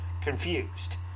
Confused